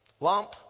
Lump